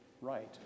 right